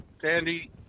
Sandy